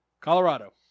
Colorado